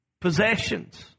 possessions